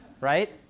right